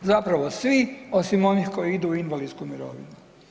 Zapravo svi osim onih koji idu u invalidsku mirovinu.